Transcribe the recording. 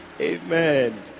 Amen